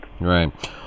Right